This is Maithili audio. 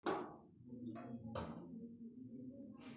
ईमारती लकड़ी उत्पादन नीम, बबूल, सखुआ, सागमान से प्राप्त होय छै